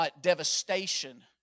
devastation